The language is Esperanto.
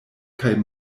kaj